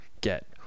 get